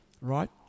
right